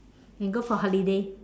can go for holiday